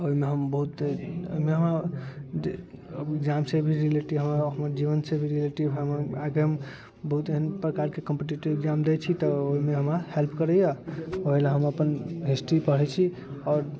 ओहिमे हम बहुत ओहिमे हमरा एग्जामसँ भी रिलेटिव हमरा जीवनसँ भी रिलेटिव हमर आगे बहुत एहन प्रकारके कॉम्पिटिटिव एग्जाम दै छी तऽ ओहिमे हमरा हेल्प करैए ओहिलए हम अपन हिस्ट्री पढ़ै छी आओर